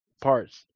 parts